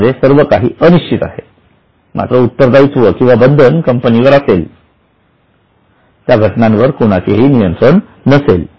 ज्यामध्ये सर्वकाही अनिश्चित आहे मात्र उत्तरदायित्व किंवा बंधन कंपनीवर असेल ज्या घटनेवर कोणाचेही नियंत्रण नसेल